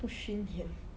不熏眼